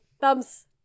Thumbs